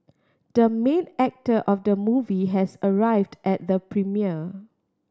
the main actor of the movie has arrived at the premiere